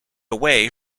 away